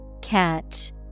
Catch